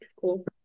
cool